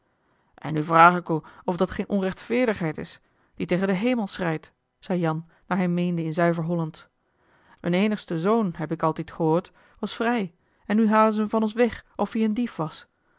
en nu vraag ik oe of dat geen onrechtveerdigheid is die tegen den hemel schreit zei jan naar hij meende in zuiver hollandsch een eenigste zoon heb ik altied ehoord was vrij en nu halen ze hem van ons weg of hie een dief was